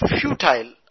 futile